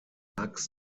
tags